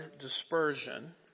dispersion